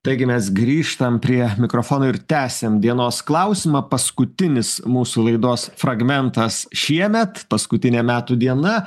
taigi mes grįžtam prie mikrofono ir tęsiam dienos klausimą paskutinis mūsų laidos fragmentas šiemet paskutinė metų diena